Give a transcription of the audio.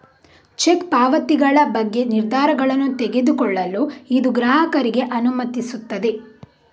check ಪಾವತಿಗಳ ಬಗ್ಗೆ ನಿರ್ಧಾರಗಳನ್ನು ತೆಗೆದುಕೊಳ್ಳಲು ಇದು ಗ್ರಾಹಕರಿಗೆ ಅನುಮತಿಸುತ್ತದೆ